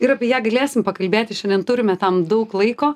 ir apie ją galėsim pakalbėti šiandien turime tam daug laiko